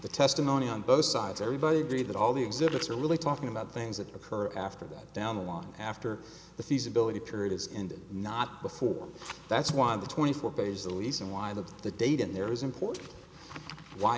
the testimony on both sides everybody agreed that all the exhibits are really talking about things that occur after that down long after the feasibility period is ended not before that's why the twenty four days the reason why the the date in there is important why